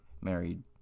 married